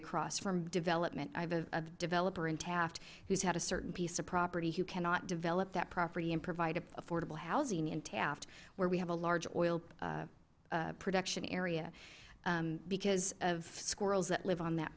across from development i have a developer in taft who's had a certain piece of property who cannot develop that property and provide affordable housing in taft where we have a large oil production area because of squirrels that live on that